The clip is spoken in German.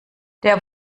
der